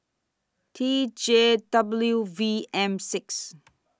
T J W V M six